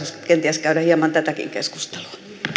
kenties käydä hieman tätäkin keskustelua